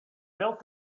felt